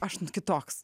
aš nu kitoks